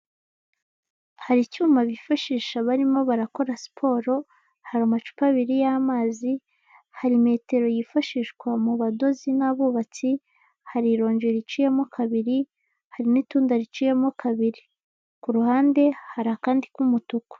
Hari icyuma bifashisha barimo barakora siporo, hari amacupa abiri y'amazi, hari metero yifashishwa mu badozi n'abubatsi, hari ironji riciyemo kabiri, hari n'itunda riciyemo kabiri. Ku ruhande, hari akandi k'umutuku.